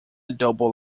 double